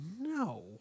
No